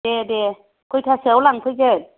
दे दे खयथासोआव लांफैगोन